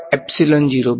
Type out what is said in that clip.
વિદ્યાર્થી